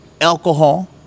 alcohol